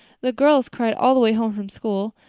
the girls cried all the way home from school.